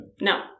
No